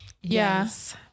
Yes